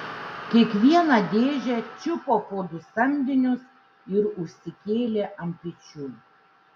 kiekvieną dėžę čiupo po du samdinius ir užsikėlė ant pečių